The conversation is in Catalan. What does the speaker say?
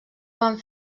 van